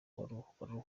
ruhwa